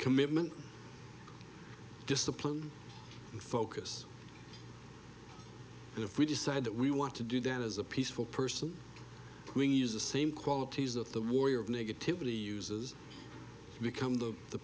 commitment discipline and focus and if we decide that we want to do that as a peaceful person we use the same qualities that the warrior of negativity uses become the the